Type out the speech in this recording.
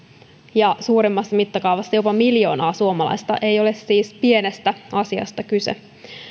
ja suuremmassa mittakaavassa jopa miljoonaa suomalaista ei ole siis pienestä asiasta kyse